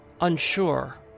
unsure